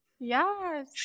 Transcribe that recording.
yes